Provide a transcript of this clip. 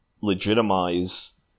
legitimize